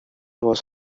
was